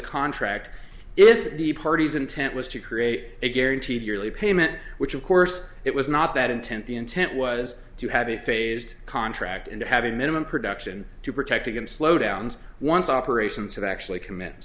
the contract if the parties intent was to create a guaranteed yearly payment which of course it was not that intent the intent was to have a phased contract and have a minimum production to protect against slowdowns once operations have actually comm